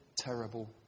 terrible